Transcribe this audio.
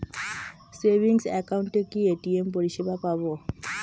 Savings একাউন্টে কি ATM পরিসেবা পাব?